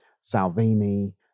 Salvini